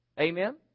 Amen